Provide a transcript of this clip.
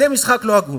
זה משחק לא הגון.